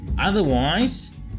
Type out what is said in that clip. Otherwise